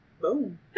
boom